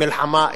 מלחמה אזורית.